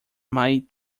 might